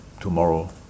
tomorrow